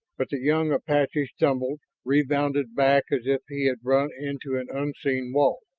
but the young apache stumbled, rebounding back as if he had run into an unseen wall